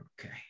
Okay